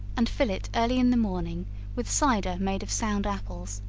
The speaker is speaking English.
and fill it early in the morning with cider made of sound apples,